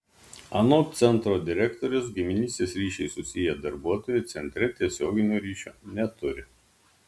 anot centro direktorės giminystės ryšiais susiję darbuotojai centre tiesioginio ryšio neturi